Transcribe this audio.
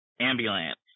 ambulance